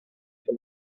for